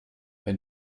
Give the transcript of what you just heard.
wenn